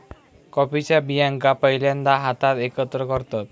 कॉफीच्या बियांका पहिल्यांदा हातात एकत्र करतत